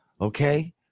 Okay